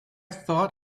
thought